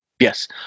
yes